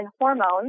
hormones